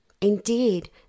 Indeed